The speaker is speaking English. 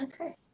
Okay